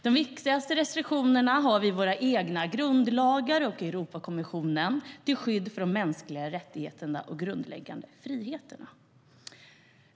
De viktigaste restriktionerna har vi i våra egna grundlagar och i Europakonventionen till skydd för de mänskliga rättigheterna och grundläggande friheterna.